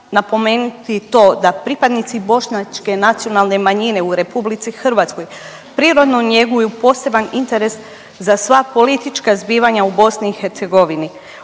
napomenuti to da pripadnici bošnjačke nacionalne manjine u RH prirodno njeguju poseban interes za sva politička zbivanja u BiH u kojoj